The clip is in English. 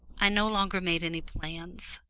i no longer made any plans.